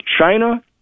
China